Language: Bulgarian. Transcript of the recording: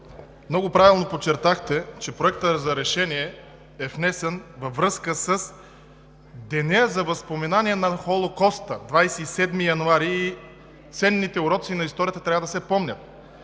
Много правилно подчертахте, че Проектът за решение е внесен във връзка с Деня за възпоменание на Холокоста – 27 януари, и ценните уроци на историята трябва да се помнят.